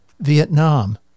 Vietnam